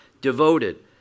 devoted